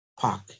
park